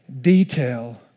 detail